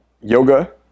yoga